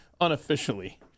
unofficially